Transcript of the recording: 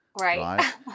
Right